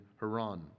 Haran